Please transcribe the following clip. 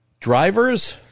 Drivers